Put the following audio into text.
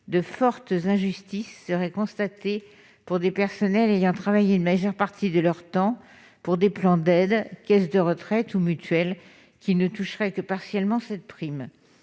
de fortes injustices seraient constatées pour des personnels ayant travaillé une majeure partie de leur temps pour des plans d'aide « caisse de retraite » ou « mutuelle »- ils ne toucheraient cette prime